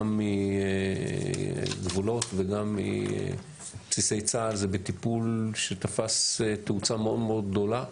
גם מגבולות וגם מבסיסי צה"ל זה בטיפול שתפס תאוצה מאוד מאוד גדולה.